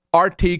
RT